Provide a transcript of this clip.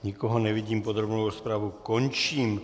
Nikoho nevidím, podrobnou rozpravu končím.